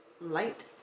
light